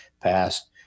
passed